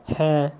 হ্যাঁ